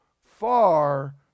far